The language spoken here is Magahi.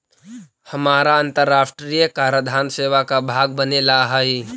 हमारा अन्तराष्ट्रिय कराधान सेवा का भाग बने ला हई